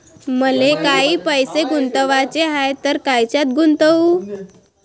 मले काही पैसे गुंतवाचे हाय तर कायच्यात गुंतवू?